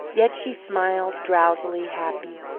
yet she smiled, drowsily happy,